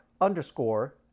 underscore